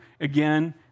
again